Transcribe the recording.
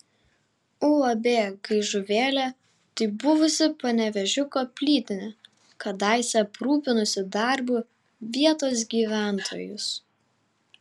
uab gaižuvėlė tai buvusi panevėžiuko plytinė kadaise aprūpinusi darbu vietos gyventojus